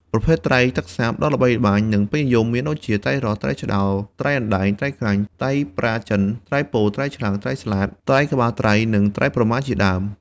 ប្រភេទត្រីទឹកសាបដ៏ល្បីល្បាញ និងពេញនិយមមានដូចជា ត្រីរ៉ស់ ត្រីឆ្ដោ ត្រីអណ្ដែង ត្រីក្រាញ់ ត្រីប្រាចិន ត្រីពោ ត្រីឆ្លាំង ត្រីស្លាត ត្រីក្បាលត្រី និងត្រីប្រម៉ាជាដើម។